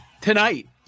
Tonight